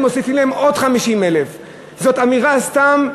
מוסיפים עליהם עוד 50,000. זאת אמירה סתם,